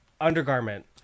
undergarment